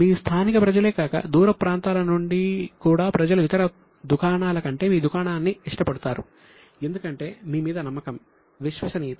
మీ స్థానిక ప్రజలే కాక దూర ప్రాంతాల నుండి కూడా ప్రజలు ఇతర దుకాణాల కంటే మీ దుకాణాన్ని ఇష్టపడతారు ఎందుకంటే మీ మీద నమ్మకం విశ్వసనీయత